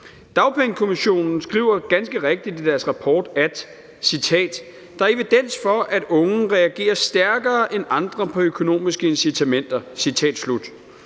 Dagpengekommissionen skriver ganske rigtigt i deres rapport, at »der er evidens for, at unge reagerer stærkere end andre på økonomiske incitamenter«,